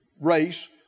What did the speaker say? race